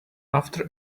after